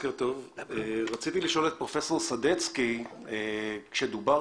רציתי לשאול את פרופ' סדצקי לגבי